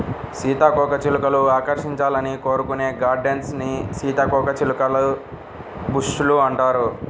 సీతాకోకచిలుకలు ఆకర్షించాలని కోరుకునే గార్డెన్స్ ని సీతాకోకచిలుక బుష్ లు అంటారు